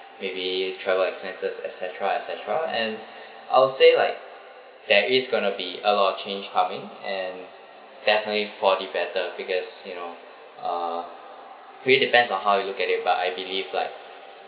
maybe travel expenses et cetera et cetera and I'll say like there is going to be a lot of change coming and definitely for the better because you know uh actually depends on how you look at it but I believe like